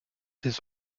des